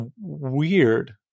weird